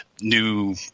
new